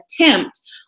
attempt